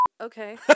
Okay